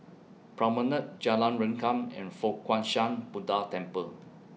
Promenade Jalan Rengkam and Fo Guang Shan Buddha Temple